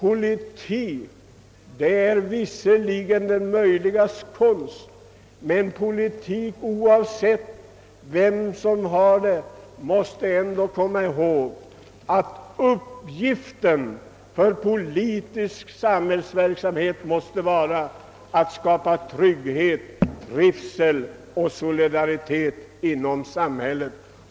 Oavsett vem som bedriver politik — som ju är det möjligas konst — måste man alltid komma ihåg att uppgiften i all politisk verksamhet måste vara att skapa trygghet, trivsel och solidaritet i samhället.